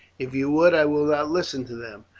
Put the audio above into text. if you would i will not listen to them,